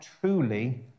truly